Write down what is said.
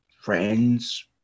friends